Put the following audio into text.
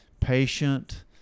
patient